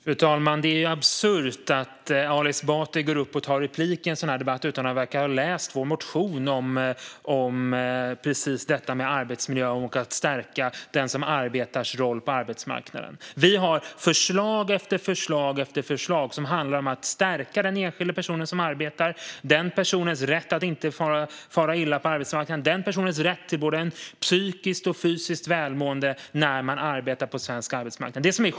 Fru talman! Det är absurt att Ali Esbati tar replik i denna debatt utan att ha läst vår motion om arbetsmiljö och att stärka rollen på arbetsmarknaden för den som arbetar. Vi har förslag på förslag om att stärka den enskilda personen som arbetar, att stärka rätten att inte fara illa på arbetsmarknaden och att stärka rätten till psykiskt och fysiskt välmående när man arbetar på svensk arbetsmarknad.